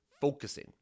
focusing